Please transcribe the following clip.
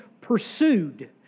pursued